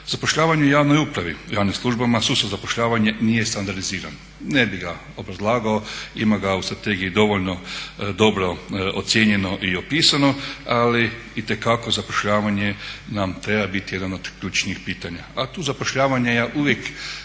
Zapošljavanje u javnoj upravi, javnim službama, sustav zapošljavanja nije standardiziran. Ne bih ga obrazlagao, ima ga u strategiji dovoljno dobro ocijenjeno i opisano ali itekako zapošljavanje nam treba biti jedan od ključnih pitanja. A tu zapošljavanja uvijek